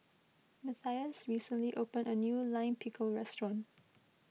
Matias recently opened a new Lime Pickle restaurant